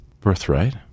Birthright